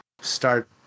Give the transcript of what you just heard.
start